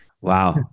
Wow